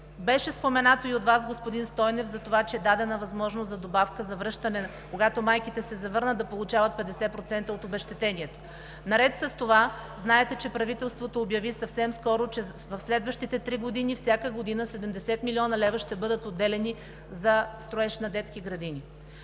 Беше споменато и от Вас, господин Стойнев, за това, че е дадена възможност за добавка за връщане и когато майките се завърнат, да получават 50% от обезщетението. Наред с това, знаете, че правителството обяви съвсем скоро, че в следващите три години – всяка година, 70 млн. лв. ще бъдат отделяни за строеж на детски градини.